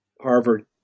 Harvard